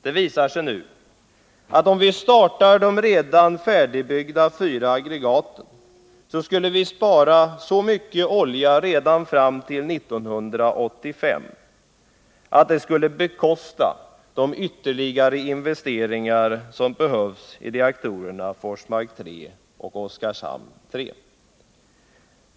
Det visar sig nu att om vi startar de redan färdigbyggda fyra aggregaten skulle vi spara så mycket olja redan fram till 1985 att det skulle bekosta de ytterligare investeringar som behövs i reaktorerna Forsmark 3 och Oskarshamn 3.